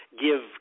give